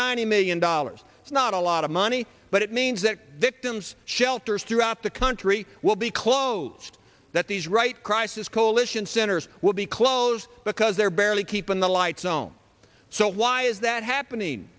ninety million dollars it's not a lot of money but it means that victims shelters throughout the country will be closed that these right crisis coalition centers will be closed because they're barely keeping the lights known so why is that happening